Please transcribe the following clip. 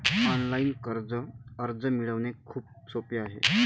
online कर्ज अर्ज मिळवणे खूप सोपे आहे